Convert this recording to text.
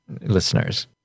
listeners